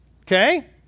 okay